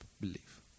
belief